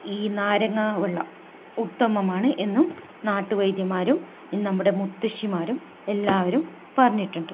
ഈ നാരങ്ങ വെള്ളം ഉത്തമമാണ് എന്ന് നാട്ടുവൈദ്യന്മാരും നമ്മുടെ മുത്തശ്ശിമാരും എല്ലാവരും പറഞ്ഞിട്ടുണ്ട്